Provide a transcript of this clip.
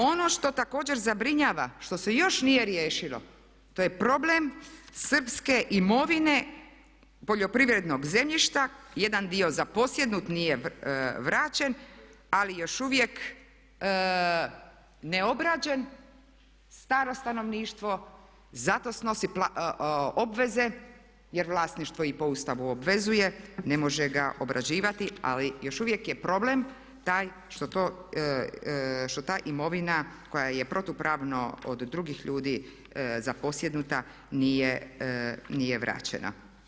Ono što također zabrinjava što se još nije riješilo to je problem srpske imovine, poljoprivrednog zemljišta, jedan dio zaposjednut, nije vraćen, ali još uvijek neobrađen, staro stanovništvo, zato snosi obveze jer vlasništvo i po Ustavu obvezuje ne može ga obrađivati ali još uvijek je problem taj što ta imovina koja je protupravno od drugih ljudi zaposjednuta nije vraćena.